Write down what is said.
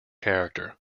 character